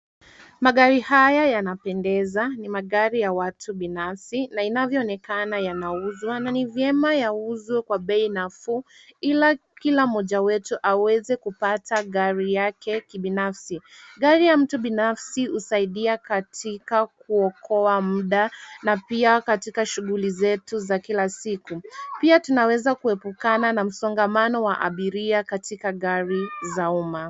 Magari haya yanapendeza. Ni magari ya watu binafsi na inavyoonekana yanauzwa. Na ni vyema yauzwe kwa bei nafuu ila kila moja wetu aweze kupata gari yake kibinafsi. Gari ya mtu binafsi husaidia katika kuokoa muda na pia katika shughuli zetu za kila siku. Pia tunaweza kuepukana na msongamano wa abiria katika gari za umma.